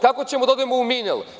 Kako ćemo da odemo u „Minel“